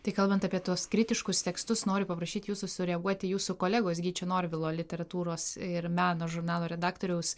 tai kalbant apie tuos kritiškus tekstus noriu paprašyti jūsų sureaguoti į jūsų kolegos gyčio norvilo literatūros ir meno žurnalo redaktoriaus